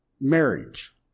marriage